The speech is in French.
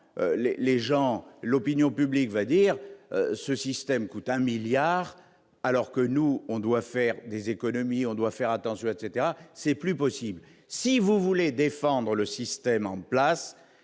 les gens l'opinion publique va dire ce système coûte 1 milliard alors que nous on doit faire des économies, on doit faire attention, etc, c'est plus possible, si vous voulez défendre le système en place,